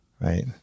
Right